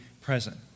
present